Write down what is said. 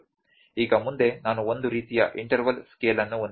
ಈಗ ಮುಂದೆ ನಾನು ಒಂದು ರೀತಿಯ ಇಂಟರ್ವಲ್ ಸ್ಕೇಲ್ ಅನ್ನು ಹೊಂದಿದ್ದೇನೆ